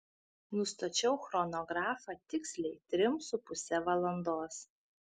nustačiau chronografą tiksliai trim su puse valandos